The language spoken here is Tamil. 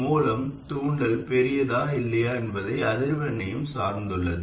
மூலம் தூண்டல் பெரியதா இல்லையா என்பது அதிர்வெண்ணையும் சார்ந்துள்ளது